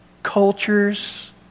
Cultures